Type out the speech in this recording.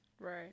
right